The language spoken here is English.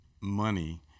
money